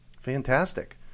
Fantastic